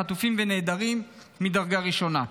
חטופים ונעדרים מדרגה ראשונה.